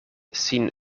sin